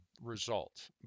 results